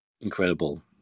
Incredible